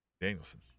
Danielson